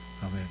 Amen